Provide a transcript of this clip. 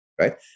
right